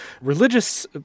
religious